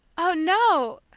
oh, no!